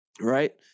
right